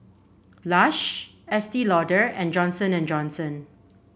Lush Estee Lauder and Johnson And Johnson